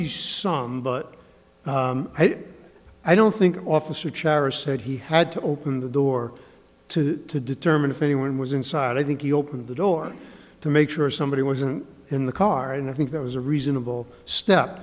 be some but i don't think officer charles said he had to open the door to to determine if anyone was inside i think he opened the door to make sure somebody wasn't in the car and i think that was a reasonable step